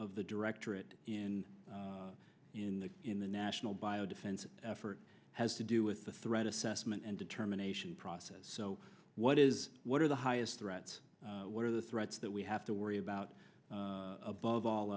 of the directorate in you know in the national bio defense effort has to do with the threat assessment and determination process so what is what are the highest threats what are the threats that we have to worry about above all